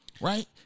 right